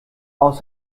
aus